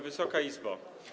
Wysoka Izbo!